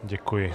Děkuji.